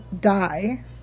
die